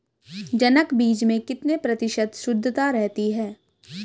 जनक बीज में कितने प्रतिशत शुद्धता रहती है?